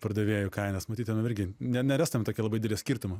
pardavėjų kainas matytumėm irgi ne nerastumėm tokio labai didelio skirtumo